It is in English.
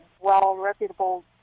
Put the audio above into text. well-reputable